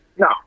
No